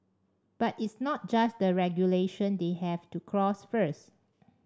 but it's not just the regulation they have to cross first